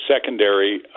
secondary